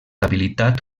habilitat